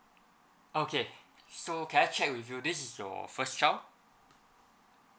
okay so can I check with you this is your first child